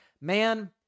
man